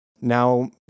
now